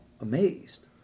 amazed